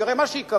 שייקרא מה שייקרא,